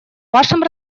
вашем